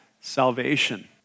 salvation